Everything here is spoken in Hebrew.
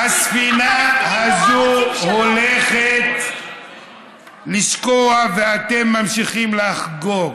הספינה הזאת הולכת לשקוע, ואתם ממשיכים לחגוג.